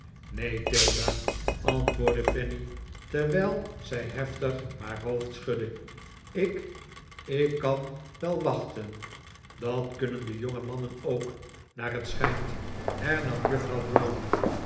neen tilda antwoordde fanny terwijl zij heftig haar hoofd schudde ik ik kan wel wachten dat kunnen de jonge mannen ook naar het schijnt hernam juffrouw